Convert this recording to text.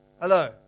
Hello